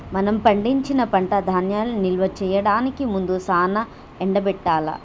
మనం పండించిన పంట ధాన్యాలను నిల్వ చేయడానికి ముందు సానా ఎండబెట్టాల్ల